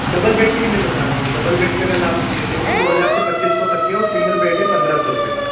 double bed का ही मैं बता रहा हूँ आपको डबल बेड का अगर आप लेते हो तो दो हज़ार से पच्चीस सौ तक के और सिंगल बेड है पंद्रह सौ रुपये का